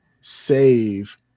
save